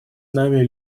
нами